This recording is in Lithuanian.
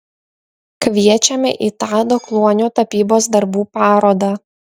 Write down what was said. kviečiame į tado kluonio tapybos darbų parodą